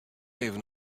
even